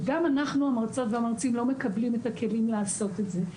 וגם אנחנו המרצות והמרצים לא מקבלים את הכלים לעשות את זה.